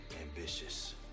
ambitious